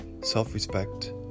self-respect